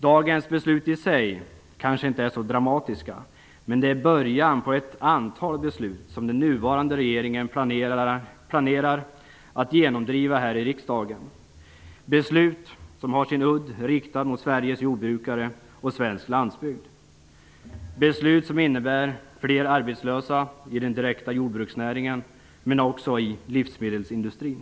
Dagens beslut är kanske inte så dramatiska i sig, men detta är bara början. Den nuvarande regeringen planerar att genomdriva ett antal beslut här i riksdagen. Det är beslut som har sin udd riktad mot Det är beslut som innebär fler arbetslösa i den direkta jordbruksnäringen och också i livsmedelsindustrin.